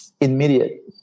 immediate